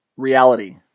reality